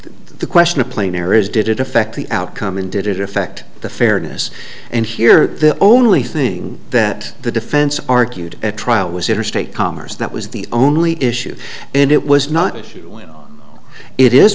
the question a plane there is did it affect the outcome and did it affect the fairness and here the only thing that the defense argued at trial was interstate commerce that was the only issue and it was not i